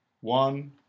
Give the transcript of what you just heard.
one